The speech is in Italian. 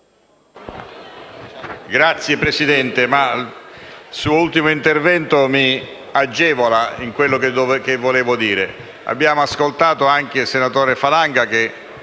Signor Presidente, il suo ultimo intervento mi agevola in quello che vorrei dire. Abbiamo ascoltato anche il senatore Falanga, che